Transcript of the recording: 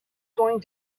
going